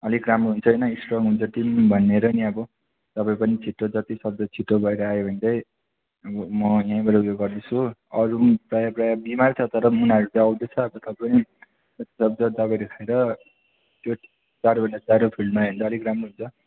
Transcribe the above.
अलिक राम्रो हुन्छ हैन स्ट्रङ हुन्छ टिम भनेर नि अब तपाईँ पनि छिट्टो जति सक्दो छिट्टो गरेर आयो भने चाहिँ अब म यहीँबाट उ यो गरिदिन्छु हो अरू पनि प्रायः प्रायः बिमार छ तर पनि उनीहरू चाहिँ आउँदैछ अब तपाईँ जतिसक्दो दबाईहरू खाएर त्यो चाँडोभन्दा चाँडो फिल्डमा आयो भने चाहिँ अलिक राम्रो हुन्छ